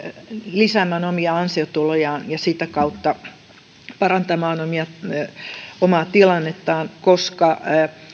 lisäämään omia ansiotulojaan ja sitä kautta parantamaan omaa tilannettaan koska